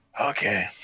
Okay